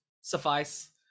suffice